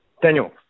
Daniel